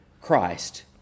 Christ